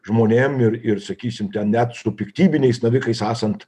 žmonėm ir ir sakysim ten net su piktybiniais navikais esant